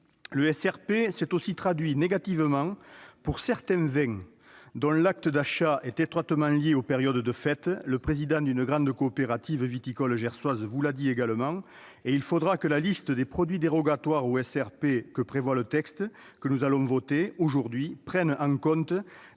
Le SRP s'est aussi traduit négativement pour certains vins dont l'acte d'achat est étroitement lié aux périodes de fêtes. Le président d'une grande coopérative viticole gersoise vous l'a aussi dit. Il faudra que la liste des produits dérogatoires au SRP prévue par le texte que nous allons voter aujourd'hui tienne compte